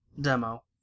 demo